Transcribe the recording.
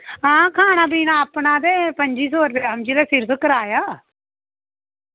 आं खाना पीना अपना ते समझी लै किराया अपना